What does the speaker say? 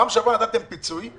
בפעם שעברה נתתם פיצוי אבל